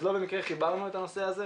לא במקרה חיברנו את הנושא הזה,